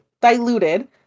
diluted